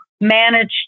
manage